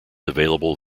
available